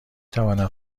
توانم